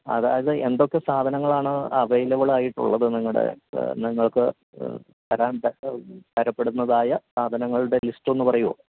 അതായത് എന്തൊക്കെ സാധനങ്ങളാണ് അവൈലബിളായിട്ടുള്ളത് നിങ്ങളുടെ നിങ്ങൾക്കു തരാൻ പറ്റാൻ തരപ്പെടുന്നതായ സാധനങ്ങളുടെ ലിസ്റ്റൊന്നു പറയുമോ